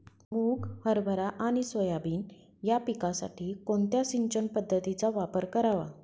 मुग, हरभरा आणि सोयाबीन या पिकासाठी कोणत्या सिंचन पद्धतीचा वापर करावा?